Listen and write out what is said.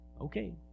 okay